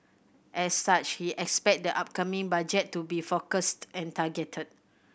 as such he expect the upcoming Budget to be focused and targeted